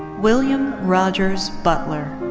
william rogers butler.